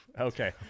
okay